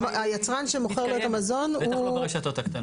שהיצרן שמוכר לו את המזון הוא,